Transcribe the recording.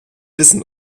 wissen